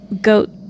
goat